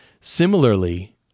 Similarly